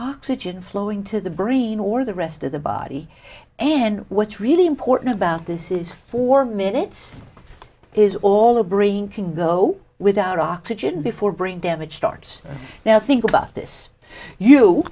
oxygen flowing to the brain or the rest of the body and what's really important about this is four minutes is all a brain can go without oxygen before brain damage starts now think about this you